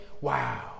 wow